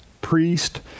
priest